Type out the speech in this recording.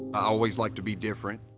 always like to be different,